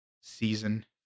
season